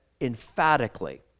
emphatically